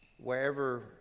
wherever